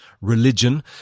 religion